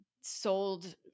sold